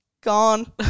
gone